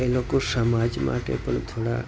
એ લોકો સમાજ માટે પણ થોડા